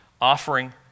offering